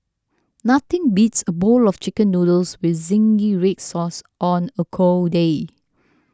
nothing beats a bowl of Chicken Noodles with Zingy Red Sauce on a cold day